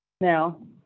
Now